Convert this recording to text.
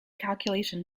calculation